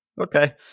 Okay